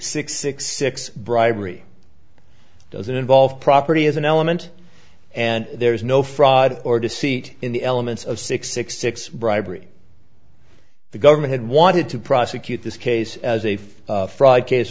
six six six bribery doesn't involve property as an element and there is no fraud or deceit in the elements of six six six bribery the government had wanted to prosecute this case as a for fraud case